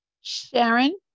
Sharon